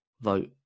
Vote